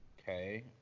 Okay